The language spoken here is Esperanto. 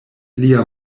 lia